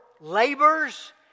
labors